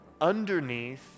underneath